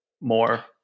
more